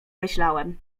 myślałem